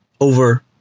over